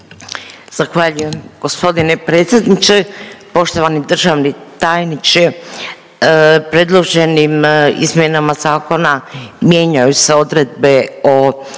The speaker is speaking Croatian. Zahvaljujem g. predsjedniče. Poštovani državni tajniče, predloženim izmjenama zakona mijenjaju se odredbe o